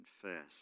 confess